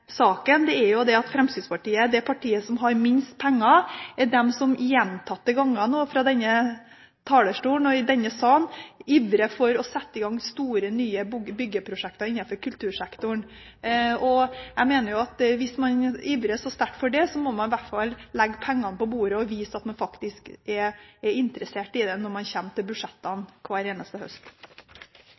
saken, er at Fremskrittspartiet, det partiet som har minst penger, gjentatte ganger fra denne talerstolen og i denne salen ivrer for å sette i gang store, nye byggeprosjekter innenfor kultursektoren. Jeg mener at hvis man ivrer så sterkt for det, må man i hvert fall legge pengene på bordet og vise at man faktisk er interessert i det når man kommer til budsjettet hver eneste høst.